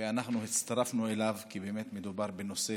ואנחנו הצטרפנו אליו, כי באמת מדובר בנושא